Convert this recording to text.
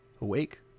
awake